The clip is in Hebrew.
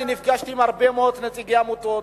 נפגשתי עם הרבה מאוד נציגי עמותות,